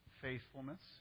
faithfulness